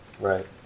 Right